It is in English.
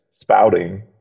spouting